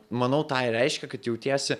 manau tai rir eiškia kad jautiesi